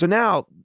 but now,